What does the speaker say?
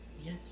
Yes